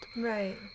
Right